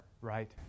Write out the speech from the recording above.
Right